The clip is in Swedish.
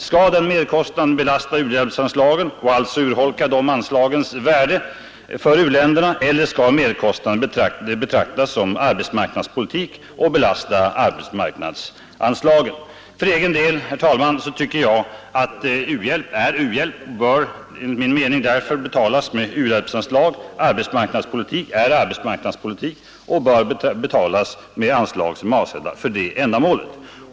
Skall merkostnaden belasta u-landsanslagen, och alltså urholka deras värde för u-länderna, eller skall det hela betraktas som arbetsmarknadspolitik och merkostnaden belasta arbetsmarknadsanslagen? För egen del, herr talman, tycker jag att u-hjälp bör vara u-hjälp och därför bör betalas med u-hjälpsanslag, och arbetsmarknadspolitik bör vara arbetsmarknadspolitik och betalas med anslag som är avsedda för det ändamålet.